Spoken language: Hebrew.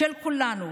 של כולנו,